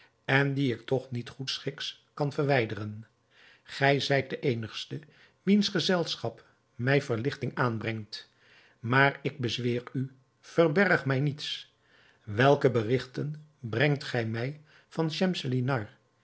en die ik toch niet goedschiks kan verwijderen gij zijt de eenigste wiens gezelschap mij verligting aanbrengt maar ik bezweer u verberg mij niets welke berigten brengt gij mij van